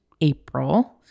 April